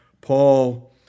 Paul